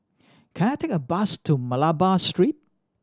can I take a bus to Malabar Street